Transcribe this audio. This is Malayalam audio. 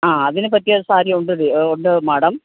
ആ അതിന് പറ്റിയ സാരി ഉണ്ട് ഇത് ഉണ്ട് മാഡം